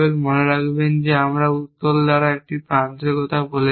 মনে রাখবেন আমরা উত্তল দ্বারা একটি প্রান্তের কথা বলছি